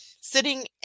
sitting